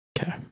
Okay